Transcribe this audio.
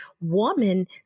woman